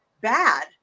bad